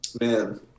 man